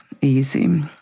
easy